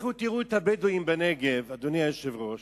לכו תראו את הבדואים בנגב, אדוני היושב-ראש,